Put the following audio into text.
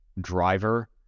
driver